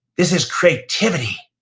this is creativity,